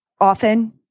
often